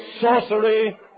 sorcery